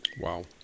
Wow